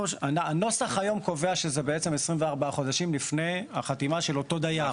הנוסח היום קובע שזה בעצם 24 חודשים לפני החתימה של אותו הדייר.